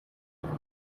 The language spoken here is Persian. میکنی